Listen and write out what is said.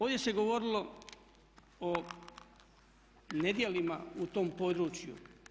Ovdje se govorilo o nedjelima u tom području.